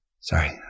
Sorry